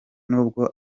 nubwo